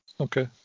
Okay